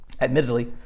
Admittedly